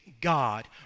God